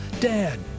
Dad